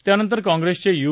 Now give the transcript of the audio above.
त्यानंतर काँप्रेसचे यू